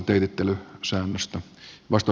arvoisa herra puhemies